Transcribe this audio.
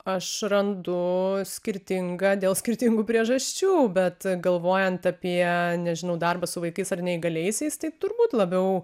aš randu skirtingą dėl skirtingų priežasčių bet galvojant apie nežinau darbą su vaikais ar neįgaliaisiais tai turbūt labiau